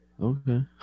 Okay